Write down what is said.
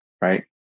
Right